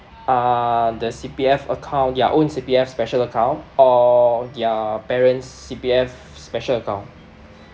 uh the C_P_F account their own C_P_F special account or their parents' C_P_F special account